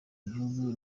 gihugu